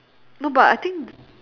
no but I think